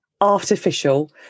artificial